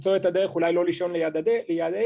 אולי לא לישון ליד הילד.